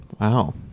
Wow